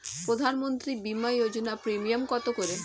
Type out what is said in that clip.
প্রধানমন্ত্রী বিমা যোজনা প্রিমিয়াম কত করে?